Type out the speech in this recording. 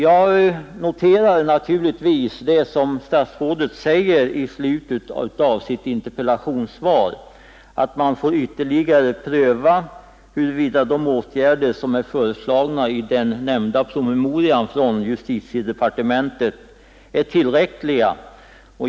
Jag noterar naturligtvis vad statsrådet säger i slutet av interpellationssvaret, nämligen att man får ytterligare pröva huruvida de åtgärder som är föreslagna i den nämnda promemorian från justitiedepartementet är tillräckliga.